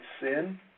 sin